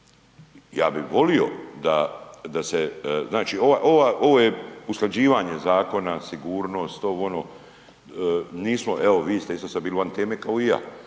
Ja bih volio znači ovo je usklađivanje zakona sigurnost ovo, ono, evo vi ste sada bili van teme kao i ja.